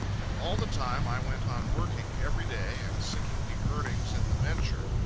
and all the time i went on working every day and sinking the earnings in the venture.